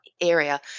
area